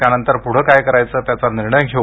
त्यानंतर पुढे काय करायचे त्याचा निर्णय घेऊ